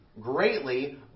greatly